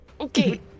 Okay